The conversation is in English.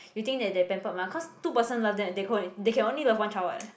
you think that they're pampered mah cause two person love them they could they can only love one child what